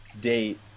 date